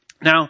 now